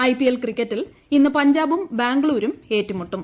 IPL ക്രിക്കറ്റിൽ ഇന്ന് പഞ്ചാബും ബാംഗ്ലൂരും ഏറ്റുമുട്ടും